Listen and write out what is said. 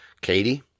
Katie